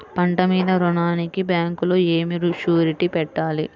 పంట మీద రుణానికి బ్యాంకులో ఏమి షూరిటీ పెట్టాలి?